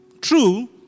true